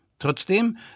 Trotzdem